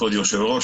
לכבוד היושב-ראש,